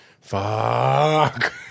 Fuck